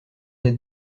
des